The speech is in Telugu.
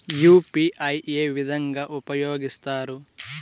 యు.పి.ఐ ఏ విధంగా ఉపయోగిస్తారు?